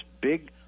big